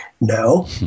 No